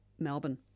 Melbourne